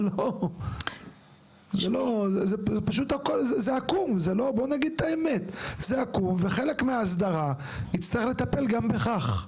זה עקום, וחלק מההסדרה יצטרך לטפל גם בכך.